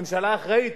הממשלה אחראית,